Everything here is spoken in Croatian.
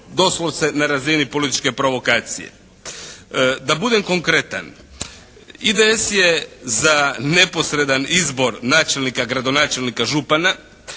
doslovce na razini političke provokacije. Da budem konkretan IDS je za neposredan izbor načelnika, gradonačelnika, župana